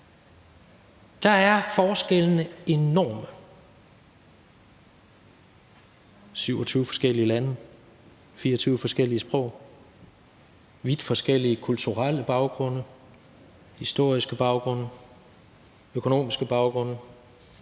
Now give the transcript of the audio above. er enorme – der er 27 forskellige lande, 24 forskellige sprog, vidt forskellige kulturelle baggrunde, historiske baggrunde, økonomiske baggrunde,